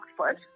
Oxford